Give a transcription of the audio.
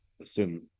assume